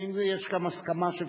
האם יש כאן הסכמה של